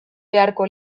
beharko